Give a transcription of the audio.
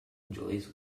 enjoys